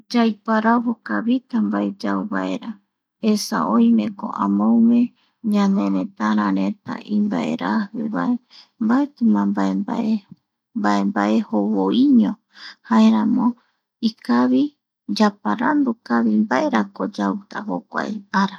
Yaiparavo kavita mbaera yauvaera, esa oimeko amogue ñane retara reta imbaeraji vae mbaeti ma mbae, mbae mbae jou, jou iño jaeramo ikavi yaparandu kavi mbaerako yauta jokuae ara.